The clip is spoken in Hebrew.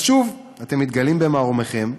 אז שוב אתם מתגלים במערומיכם,